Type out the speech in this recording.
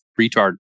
retard